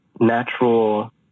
natural